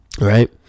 right